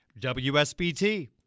WSBT